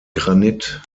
granit